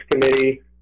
committee